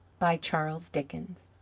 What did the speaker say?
by charles dickens